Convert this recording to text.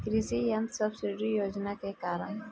कृषि यंत्र सब्सिडी योजना के कारण?